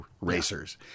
racers